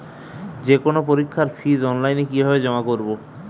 যে কোনো পরীক্ষার ফিস অনলাইনে কিভাবে জমা করব?